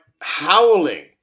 howling